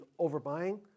overbuying